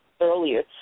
earlier